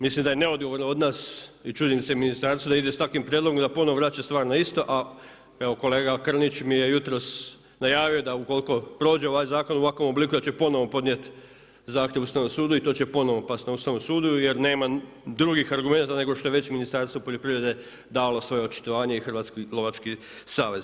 Mislim da je neodgovorno od nas i čudim se ministarstvu da ide s takvim prijedlogom, da ponovno vraća stvar na isto a evo kolega Krnić mi je jutros najavio, da ukoliko prođe ovaj zakon u ovakvom obliku, da će ponovno podnijeti zahtjev Ustavno sudu i to će ponovno pasti na Ustavnom sudu jer nema drugih argumenata nego što je već Ministarstvo poljoprivrede dalo svoje očitovanje i Hrvatski lovački savez.